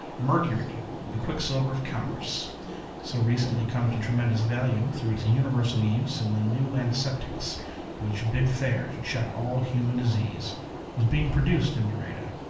mercury the quicksilver of commerce so recently come to tremendous value through its universal use in the new antiseptics which bid fair to check all human disease was being produced in nareda.